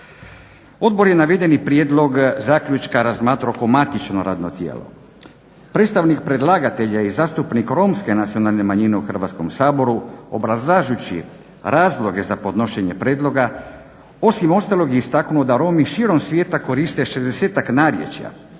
Odbor je navedeni prijedlog zaključka razmatrao kao matično radno tijelo. Predstavnik predlagatelja i zastupnik romske nacionalne manjine u Hrvatskom saboru obrazlažući razloge za podnošenje prijedloga osim ostalog je istaknuo da Romi širom svijeta koriste 60-ak narječja,